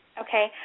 Okay